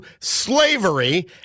slavery